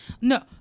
No